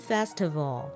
Festival